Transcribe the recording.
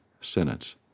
sentence